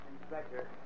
Inspector